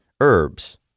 herbs